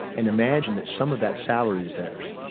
and imagine that some of that salary is theirs,